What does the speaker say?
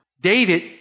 David